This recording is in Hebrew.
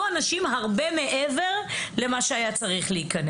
הרבה מעבר למה שהאצטדיון יכול היה להכיל.